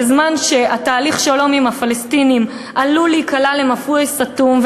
בזמן שתהליך השלום עם הפלסטינים עלול להיקלע למבוי סתום,